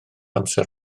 amser